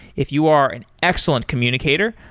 if you are an excellent communicator,